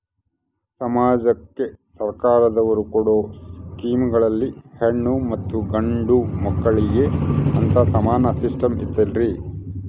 ಸಮಾಜಕ್ಕೆ ಸರ್ಕಾರದವರು ಕೊಡೊ ಸ್ಕೇಮುಗಳಲ್ಲಿ ಹೆಣ್ಣು ಮತ್ತಾ ಗಂಡು ಮಕ್ಕಳಿಗೆ ಅಂತಾ ಸಮಾನ ಸಿಸ್ಟಮ್ ಐತಲ್ರಿ?